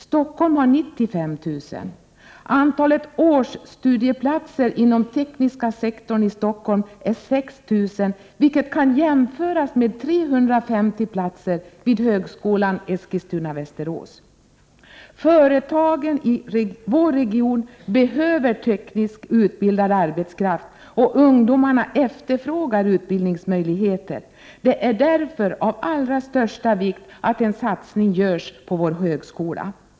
Stockholm har 95 000. Antalet årsstudieplatser inom tekniska sektorn i Stockholm är 6 000, vilket kan jämföras med 350 platser vid högskolan Eskilstuna/Västerås. Företagen i vår region behöver tekniskt utbildad arbetskraft, och ungdomarna efterfrågar utbildningsmöjligheter. Det är därför av allra största vikt att en satsning görs på högskolan.